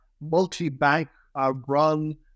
multi-bank-run